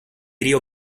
rio